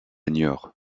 niort